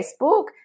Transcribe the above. Facebook